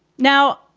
now,